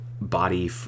body